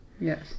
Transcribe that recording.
yes